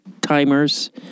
timers